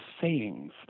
sayings